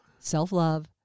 self-love